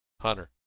Hunter